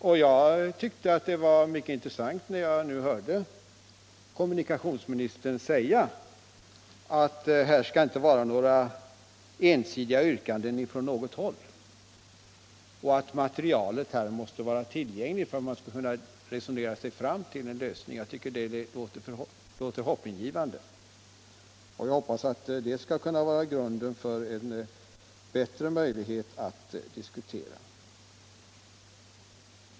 Och jag tyckte att det var mycket intressant när jag nu hörde kommunikationsministern säga att här skall det inte vara ensidiga yrkanden från något håll, utan materialet måste vara tillgängligt, så att man kan resonera sig fram till en lösning. Det låter hoppingivande, och jag förväntar mig att det skall kunna utgöra grunden för bättre möjligheter att diskutera.